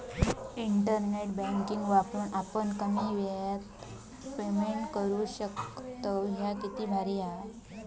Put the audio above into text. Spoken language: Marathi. इंटरनेट बँकिंग वापरून आपण कमी येळात पेमेंट करू शकतव, ह्या किती भारी हां